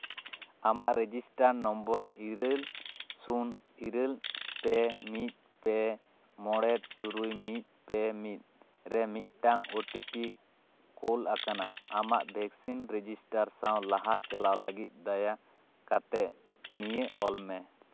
ᱟᱢᱟᱜ register number ᱤᱨᱟᱹᱞ ᱥᱩᱱ ᱤᱨᱟᱹᱞ ᱯᱮ ᱢᱤᱫ ᱯᱮ ᱢᱚᱬᱮ ᱛᱩᱨᱩᱭ ᱢᱤᱫ ᱯᱮ ᱢᱤᱫ ᱨᱮ ᱢᱤᱫᱴᱟᱝ ᱳ ᱴᱤ ᱯᱤ ᱠᱳᱞ ᱟᱠᱟᱱᱟ ᱟᱢᱟᱜ ᱵᱷᱮᱠᱥᱤᱱ ᱨᱮᱡᱤᱥᱴᱟᱨ ᱥᱟᱶ ᱞᱟᱦᱟ ᱪᱟᱞᱟᱣ ᱞᱟᱹᱜᱤᱫ ᱫᱟᱭᱟ ᱠᱟᱛᱮᱫ ᱱᱤᱭᱟᱹ ᱚᱞᱢᱮ